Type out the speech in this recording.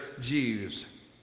Jews